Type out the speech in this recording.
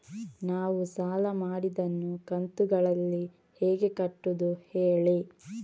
ನಾವು ಸಾಲ ಮಾಡಿದನ್ನು ಕಂತುಗಳಲ್ಲಿ ಹೇಗೆ ಕಟ್ಟುದು ಹೇಳಿ